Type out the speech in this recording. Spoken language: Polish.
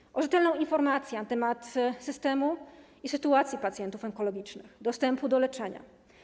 Proszę o rzetelną informację na temat systemu i sytuacji pacjentów onkologicznych, dostępu do leczenia.